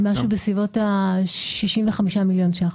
בסביבות ה-65 מיליון שקלים.